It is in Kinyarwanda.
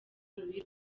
louis